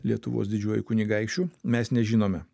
lietuvos didžiuoju kunigaikščiu mes nežinome